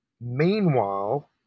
meanwhile